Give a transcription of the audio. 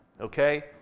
Okay